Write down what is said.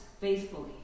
faithfully